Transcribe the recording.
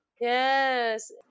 Yes